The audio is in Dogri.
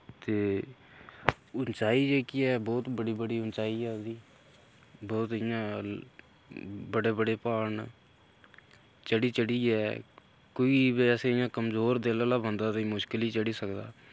ते उंचाई जेह्की ऐ बहुत बड्डी बड्डी उंचाई ऐ उ'दी बहुत इ'यां ऐ बड्डे बड्डे प्हाड़ न चढ़ी चढ़ियै कोई वैसे इ'यां कमजोर दिल आह्ला बंदा मुश्कल ई चढ़ी सकदा